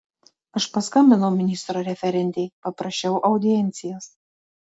aš paskambinau ministro referentei paprašiau audiencijos